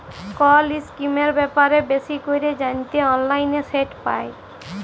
call ইসকিমের ব্যাপারে বেশি ক্যরে জ্যানতে অললাইলে সেট পায়